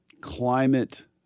climate